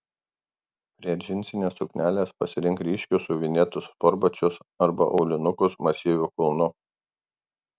prie džinsinės suknelės pasirink ryškius siuvinėtus sportbačius arba aulinukus masyviu kulnu